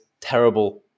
terrible